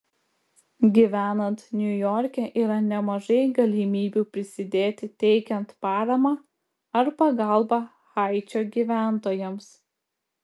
gyvenant niujorke yra nemažai galimybių prisidėti teikiant paramą ar pagalbą haičio gyventojams